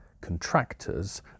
contractors